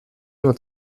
nur